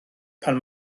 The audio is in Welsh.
pan